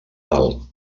dalt